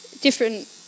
Different